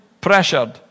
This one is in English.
pressured